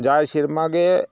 ᱡᱟᱭ ᱥᱮᱨᱢᱟᱜᱮ